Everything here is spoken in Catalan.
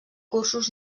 cursos